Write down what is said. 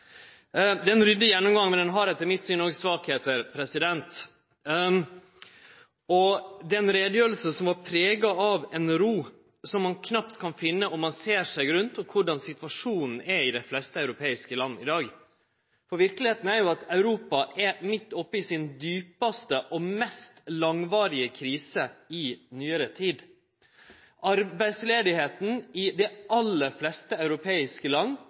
Det var ein ryddig gjennomgang, men han har etter mitt syn òg svakheiter. Det er ei utgreiing som var prega av ei ro som ein knapt kan finne om ein ser seg rundt på korleis situasjonen er i dei fleste europeiske land i dag. For verkelegheita er at Europa er midt oppi si djupaste og mest langvarige krise i nyare tid. Arbeidsløysa i dei aller fleste europeiske land